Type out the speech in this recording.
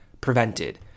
prevented